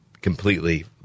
completely